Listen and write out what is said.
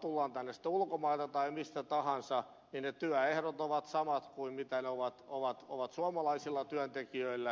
tullaan tänne sitten ulkomailta tai mistä tahansa että työehdot ovat samat kuin mitä ne ovat kovat ovat suomalaisilla työntekijöillä